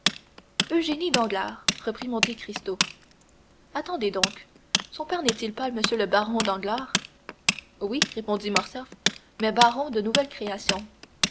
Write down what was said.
eugénie danglars reprit monte cristo attendez donc son père n'est-il pas m le baron danglars oui répondit morcerf mais baron de nouvelle création